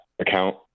account